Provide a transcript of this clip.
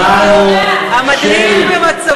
שמענו, שלי.